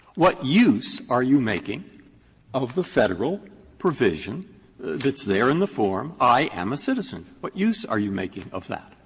what use are you making of the federal provision that's there in the form i am a citizen. what use are you making of that?